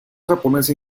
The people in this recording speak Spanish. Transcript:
japonesa